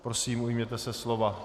Prosím, ujměte se slova.